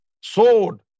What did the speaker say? sword